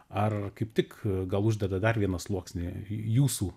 ar kaip tik gal uždeda dar vieną sluoksnį jūsų